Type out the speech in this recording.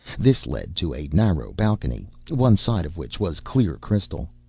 this led to a narrow balcony, one side of which was clear crystal.